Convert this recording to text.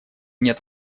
нет